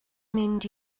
mynd